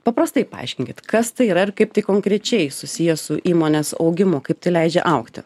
paprastai paaiškinkit kas tai yra ir kaip tai konkrečiai susiję su įmonės augimu kaip tai leidžia augti